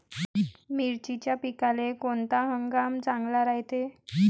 मिर्चीच्या पिकाले कोनता हंगाम चांगला रायते?